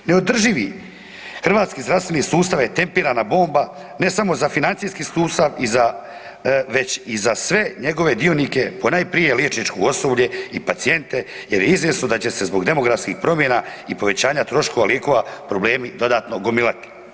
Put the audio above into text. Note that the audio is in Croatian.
Neodrživi Hrvatski zdravstveni sustav je tempirana bomba ne samo za financijski sustav već i za sve njegove dionike, ponajprije liječničko osoblje i pacijente jer je izvjesno da će se zbog demografskih promjena i povećanja troškova lijekova problemi dodatno gomilati.